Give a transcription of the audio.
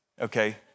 okay